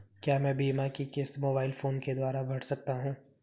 क्या मैं बीमा की किश्त मोबाइल फोन के द्वारा भर सकता हूं?